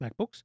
MacBooks